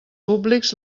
públics